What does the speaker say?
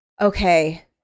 okay